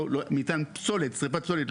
ניתן פסולת שריפת פסולת,